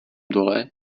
dole